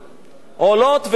עולות ועולות,